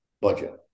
budget